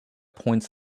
points